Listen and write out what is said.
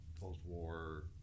post-war